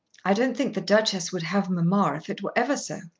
i don't think the duchess would have mamma if it were ever so.